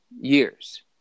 years